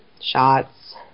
shots